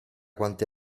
quante